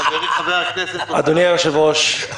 חברי חבר הכנסת --- אדוני היושב-ראש,